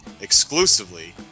exclusively